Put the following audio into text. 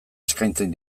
eskaintzen